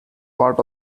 part